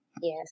Yes